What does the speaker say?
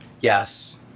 Yes